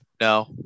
no